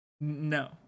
No